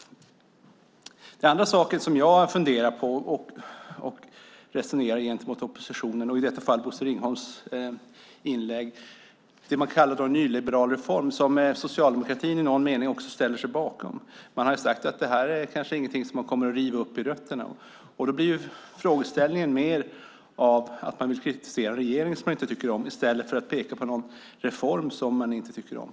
Andra saker som jag funderar på och resonerar kring gentemot oppositionen, i detta fall Bosse Ringholms inlägg, är det man kallar en nyliberal reform. Socialdemokratin ställer sig i någon mening också bakom den. Man har sagt att detta kanske inte är något man kommer att riva upp med rötterna. Frågeställningen blir då mer att man vill kritisera en regering man inte tycker om i stället för att peka på en reform man inte tycker om.